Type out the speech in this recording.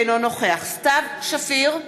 אינו נוכח סתיו שפיר,